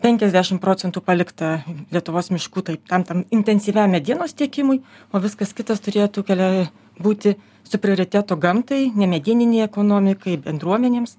penkiasdešimt procentų palikta lietuvos miškų taip tam tam intensyviam medienos tiekimui o viskas kitas turėtų kelia būti su prioritetu gamtai ne medininiai ekonomikai bendruomenėms